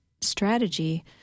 strategy